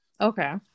Okay